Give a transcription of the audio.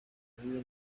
nkuru